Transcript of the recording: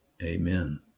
Amen